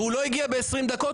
והוא לא הגיע תוך 20 דקות,